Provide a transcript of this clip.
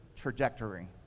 trajectory